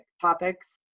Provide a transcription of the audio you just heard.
topics